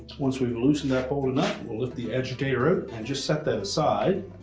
once we've loosened that bolt enough, we'll lift the agitator out and just set that aside.